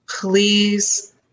please